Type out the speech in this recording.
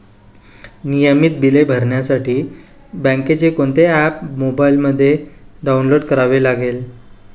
नियमित बिले भरण्यासाठी बँकेचे कोणते ऍप मोबाइलमध्ये डाऊनलोड करावे लागेल?